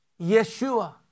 Yeshua